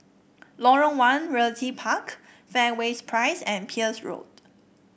Lorong One Realty Park Fairways Drive and Peirce Road